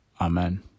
Amen